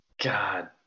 God